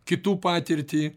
kitų patirtį